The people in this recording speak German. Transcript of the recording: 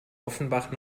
offenbach